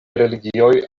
religioj